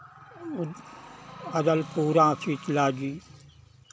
Adalpura Sheetla जी